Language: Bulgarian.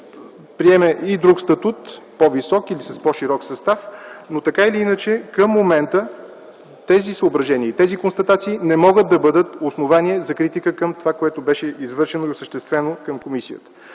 приеме и друг статут – по-висок или с по-широк състав. Но, така или иначе, към момента тези съображения и тези констатации не могат да бъдат основание за критики към това, което беше извършено и осъществено от комисията.